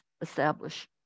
establish